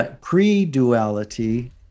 pre-duality